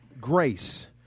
grace